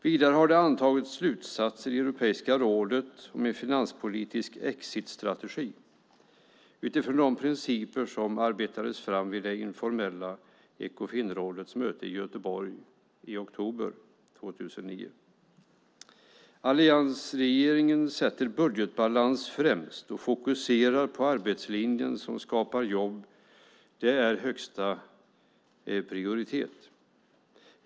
Vidare har det antagits slutsatser i Europeiska rådet om en finanspolitisk exitstrategi utifrån de principer som arbetades fram vid Ekofinrådets informella möte i Göteborg i oktober 2009. Alliansregeringen sätter budgetbalans främst och fokuserar på en arbetslinje som skapar jobb. Det är högsta prioritet.